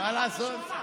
מה לעשות?